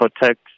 protect